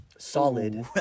Solid